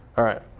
all right,